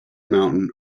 mountain